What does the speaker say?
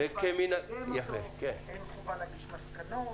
אין חובה לקדם אותו, אין חובה להגיש מסקנות.